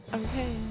okay